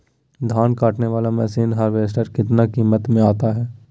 धान कटने बाला मसीन हार्बेस्टार कितना किमत में आता है?